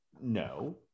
No